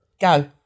go